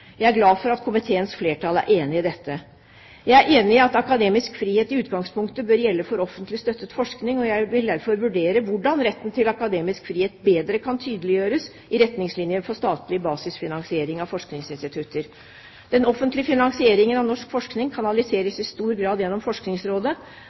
Jeg er glad for at komiteens flertall er enig i dette. Jeg er enig i at akademisk frihet i utgangspunktet bør gjelde for offentlig støttet forskning, og jeg vil derfor vurdere hvordan retten til akademisk frihet bedre kan tydeliggjøres i retningslinjene for statlig basisfinansiering av forskningsinstitutter. Den offentlige finansieringen av norsk forskning